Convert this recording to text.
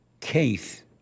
case